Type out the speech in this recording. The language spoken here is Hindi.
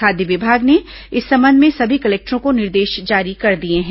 खाद्य विभाग ने इस संबंध में सभी कलेक्टरों को निर्देश जारी कर दिए हैं